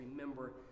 remember